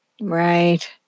right